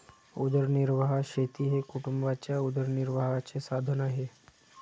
उदरनिर्वाह शेती हे कुटुंबाच्या उदरनिर्वाहाचे साधन आहे